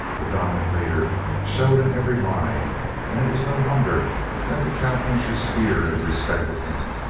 the dominant leader showed in every line and it was no wonder that the cowpunchers feared and respected him.